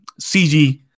CG